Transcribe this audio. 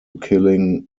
killing